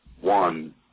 one